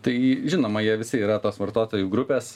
tai žinoma jie visi yra tos vartotojų grupės